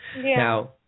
Now